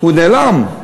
הוא נעלם.